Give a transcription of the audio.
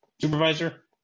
supervisor